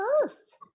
first